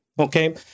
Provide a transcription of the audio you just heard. Okay